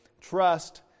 trust